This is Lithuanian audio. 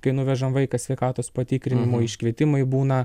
kai nuvežam vaiką sveikatos patikrinimui iškvietimai būna